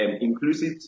inclusive